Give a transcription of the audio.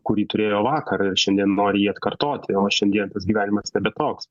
kurį turėjo vakar ir šiandien nori jį atkartoti o šiandien tas gyvenimas nebe toks